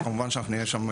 כמובן שאנחנו נהיה שם,